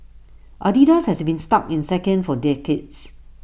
Adidas has been stuck in second for decades